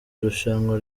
irushanwa